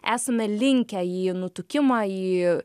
esame linkę į nutukimą į